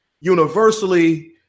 universally